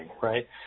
Right